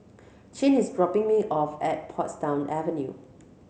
Chin is dropping me off at Portsdown Avenue